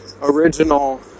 original